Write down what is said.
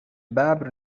ببر